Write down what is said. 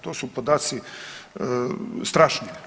To su podaci strašni.